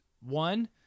one